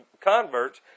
converts